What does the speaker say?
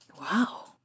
Wow